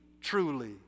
truly